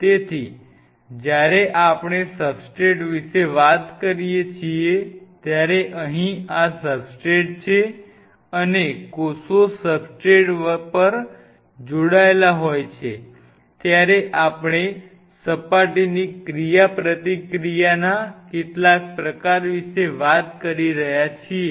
તેથી જ્યારે આપણે સબસ્ટ્રેટ વિશે વાત કરીએ છીએ ત્યારે અહિં આ સબસ્ટ્રેટ છે અને કોષો સબસ્ટ્રેટ પર જોડાયેલા હોય છે ત્યારે આપણે સપાટીની ક્રિયાપ્રતિક્રિયાના કેટલાક પ્રકાર વિશે વાત કરી રહ્યા છીએ